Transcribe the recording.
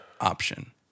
option